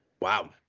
wow